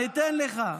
אני אתן לך.